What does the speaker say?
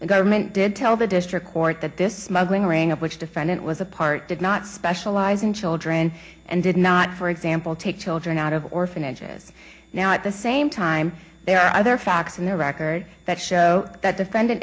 the government did tell the district court that this smuggling ring of which defendant was a part did not specialize in children and did not for example take children out of orphanages now at the same time there are other facts in the record that show that defendant